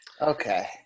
Okay